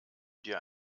dir